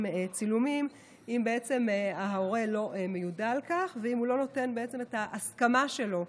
צילומים אם ההורה לא מיודע על כך ואם הוא לא נותן את ההסכמה שלו,